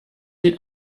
den